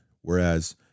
Whereas